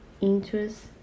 interest